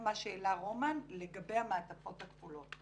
להכניס מצלמות,